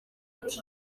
ati